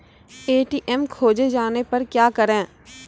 ATM खोजे जाने पर क्या करें?